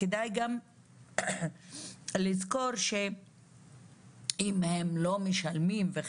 כדאי גם לזכור שאם הם לא משלמים, וחלילה,